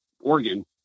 Oregon